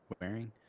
Wearing